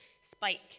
spike